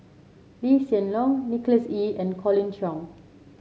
Lee Hsien Loong Nicholas Ee and Colin Cheong